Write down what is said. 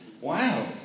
Wow